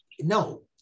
no